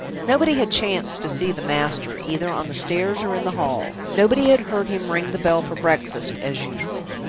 nobody had chanced to see the master, either on the stairs or in the hall nobody had heard him ring the bell for breakfast, as usual.